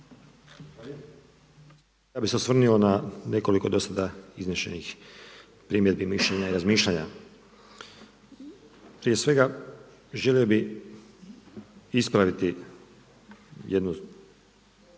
Ja bih se osvrnuo na nekoliko do sada iznešenih primjedbi, mišljenja i razmišljanja. Prije svega želio bih ispraviti jednu